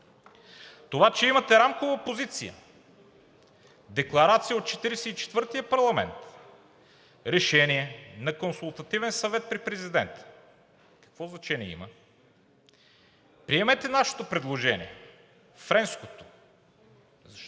Това, че имате Рамкова позиция, декларация от Четиридесет и четвъртия парламент, решение на Консултативен съвет при президента, какво значение има? Приемете нашето предложение, френското, защото